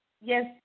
Yes